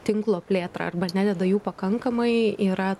tinklo plėtrą arba nededa jų pakankamai yra